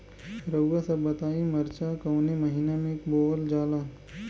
रउआ सभ बताई मरचा कवने महीना में बोवल जाला?